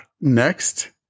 Next